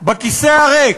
בכיסא הריק,